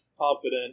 confident